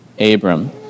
Abram